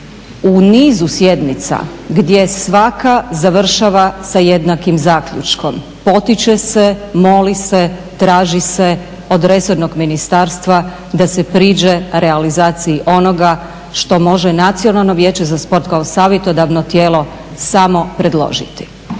u nisu sjednica gdje svaka završava sa jednakim zaključkom, potiče se, moli se, traži se od resornog ministarstva da se priđe realizaciji onoga što može Nacionalno vijeće za sport kao savjetodavno tijelo samo predložiti.